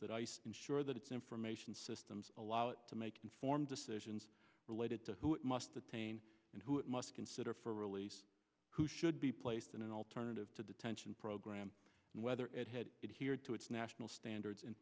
that ice ensure that its information systems allow it to make informed decisions related to who must attain and who must consider for release who should be placed in an alternative to detention program and whether it had it here to its national standards in